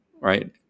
right